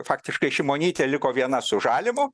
faktiškai šimonytė liko viena su žalimu